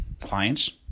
clients